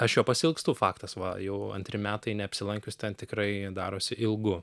aš jo pasiilgstu faktas va jau antri metai neapsilankius ten tikrai darosi ilgu